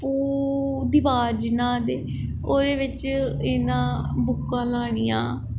दिवार जियां आखदे ओह्दे बिच्च इ'यां बुक्कां लानियां